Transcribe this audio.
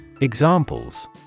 Examples